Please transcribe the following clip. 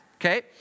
okay